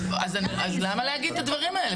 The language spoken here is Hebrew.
אז למה להגיד את הדברים האלה?